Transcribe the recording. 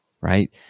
right